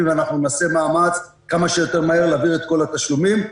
ואנחנו נעשה מאמץ כמה שיותר מהר להעביר את כל התשלומים.